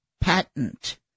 patent